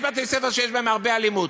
יש בתי-ספר שיש בהם הרבה אלימות,